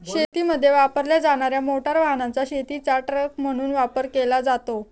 शेतीमध्ये वापरल्या जाणार्या मोटार वाहनाचा शेतीचा ट्रक म्हणून वापर केला जातो